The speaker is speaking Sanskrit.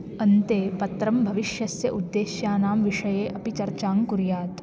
अन्ते पत्रं भविष्यस्य उद्देश्यानां विषये अपि चर्चां कुर्यात्